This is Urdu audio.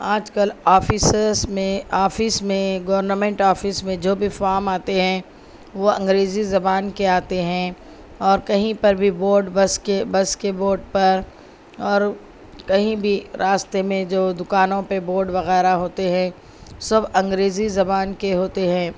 آج کل آفیسس میں آفس میں گورنمنٹ آفس میں جو بھی فارم آتے ہیں وہ انگریزی زبان کے آتے ہیں اور کہیں پر بھی بورڈ بس کے بس کے بورڈ پر اور کہیں بھی راستے میں جو دوکانوں پہ بورڈ وغیرہ ہوتے ہے سب انگریزی زبان کے ہوتے ہے